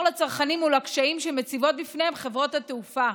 לצרכנים מול הקשיים שמציבות בפניהם חברות התעופה.